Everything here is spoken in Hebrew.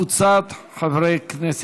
וקבוצת חברי כנסת.